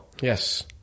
Yes